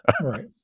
Right